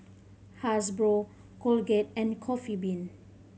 Hasbro Colgate and Coffee Bean